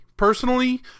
Personally